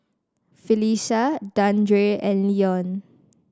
Phylicia Dandre and Leon